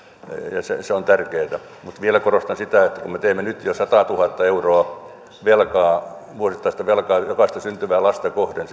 ja se on tärkeätä mutta vielä korostan sitä että kun me teemme nyt jo satatuhatta euroa vuosittaista velkaa sinne äitiyspakkaukseen jokaista syntyvää lasta kohden